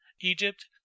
Egypt